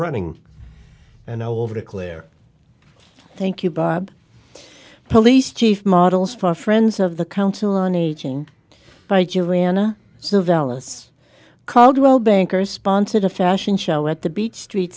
running and over declare thank you bob police chief models for friends of the council on aging by jury ana surveillance caldwell banker sponsored a fashion show at the beach street